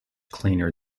cleaner